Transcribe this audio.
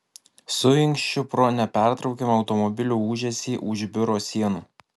suinkščiu pro nepertraukiamą automobilių ūžesį už biuro sienų